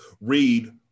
read